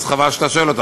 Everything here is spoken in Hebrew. אז חבל שאתה שואל עליה.